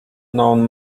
known